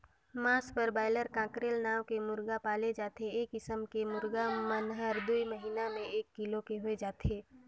मांस बर broiler, cockerel नांव के मुरगा पाले जाथे ए किसम के मुरगा मन हर दूई महिना में एक किलो के होय जाथे